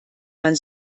man